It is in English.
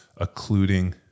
occluding